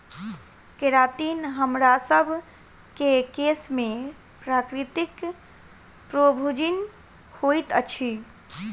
keratin हमरासभ केँ केश में प्राकृतिक प्रोभूजिन होइत अछि